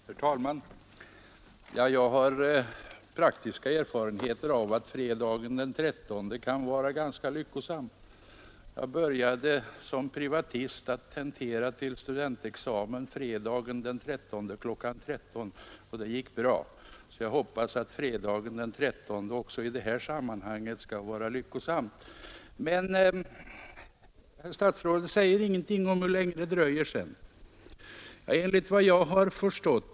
Herr talman! Jag har praktiska erfarenheter av att fredagen den 13 kan vara ganska lyckosam. Jag började nämligen tentera till studentexamen som privatist fredagen den 13 kl. 13, och det gick bra. Jag hoppas att fredagen den 13 också i detta fall skall visa sig vara lyckosam. Herr statsrådet säger emellertid ingenting om hur länge stereosändningarna dröjer efter det att utredningen har lagt fram sitt betänkande.